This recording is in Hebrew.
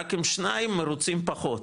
רק עם שניים מרוצים פחות,